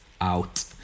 out